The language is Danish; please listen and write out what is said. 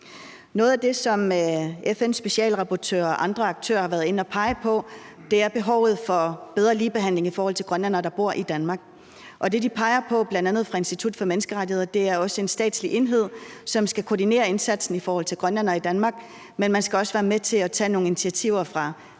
Noget af det, som FN's specialrapportør og andre aktører har været inde og pege på, er behovet for bedre ligebehandling i forhold til grønlændere, der bor i Danmark. Og det, de peger på bl.a. Hos Institut for Menneskerettigheder, er, at man bør oprette en statslig enhed, som skal koordinere indsatsen i forhold til grønlændere i Danmark, men man skal også være med til at tage nogle initiativer fra